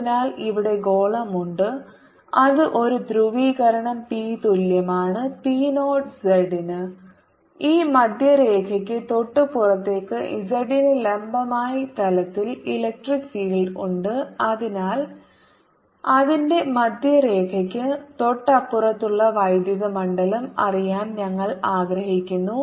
അതിനാൽ ഇവിടെ ഗോളമുണ്ട് അത് ഒരു ധ്രുവീകരണം p തുല്യമാണ് p നോട്ട് z ന് ഈ മധ്യരേഖയ്ക്ക് തൊട്ട് പുറത്തേക്ക് z ന് ലംബമായി തലത്തിൽ ഇലക്ട്രിക് ഫീൽഡ് ഉണ്ട് അതിനാൽ അതിന്റെ മധ്യരേഖയ്ക്ക് തൊട്ടപ്പുറത്തുള്ള വൈദ്യുത മണ്ഡലം അറിയാൻ ഞങ്ങൾ ആഗ്രഹിക്കുന്നു